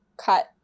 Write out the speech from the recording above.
Cut